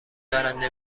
برنده